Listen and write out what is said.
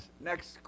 next